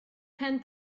pen